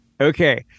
Okay